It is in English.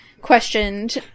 questioned